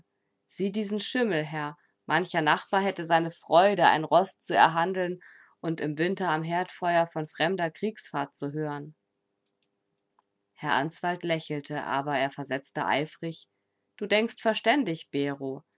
sieh diesen schimmel herr mancher nachbar hätte seine freude ein roß zu erhandeln und im winter am herdfeuer von fremder kriegsfahrt zu hören herr answald lächelte aber er versetzte eifrig du denkst verständig bero